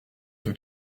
tout